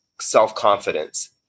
self-confidence